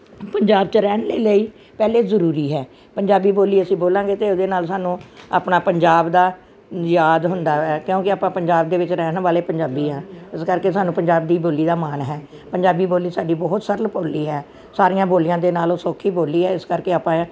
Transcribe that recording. ਪੰਜਾਬ 'ਚ ਰਹਿਣ ਦੇ ਲਈ ਪਹਿਲਾਂ ਜ਼ਰੂਰੀ ਹੈ ਪੰਜਾਬੀ ਬੋਲੀ ਅਸੀਂ ਬੋਲਾਂਗੇ ਅਤੇ ਉਹਦੇ ਨਾਲ ਸਾਨੂੰ ਆਪਣਾ ਪੰਜਾਬ ਦਾ ਯਾਦ ਹੁੰਦਾ ਹੈ ਕਿਉਂਕਿ ਆਪਾਂ ਪੰਜਾਬ ਦੇ ਵਿੱਚ ਰਹਿਣ ਵਾਲੇ ਪੰਜਾਬੀ ਹਾਂ ਇਸ ਕਰਕੇ ਸਾਨੂੰ ਪੰਜਾਬ ਦੀ ਬੋਲੀ ਦਾ ਮਾਣ ਹੈ ਪੰਜਾਬੀ ਬੋਲੀ ਸਾਡੀ ਬਹੁਤ ਸਰਲ ਬੋਲੀ ਹੈ ਸਾਰੀਆਂ ਬੋਲੀਆਂ ਦੇ ਨਾਲ ਉਹ ਸੌਖੀ ਬੋਲੀ ਹੈ ਇਸ ਕਰਕੇ ਆਪਾਂ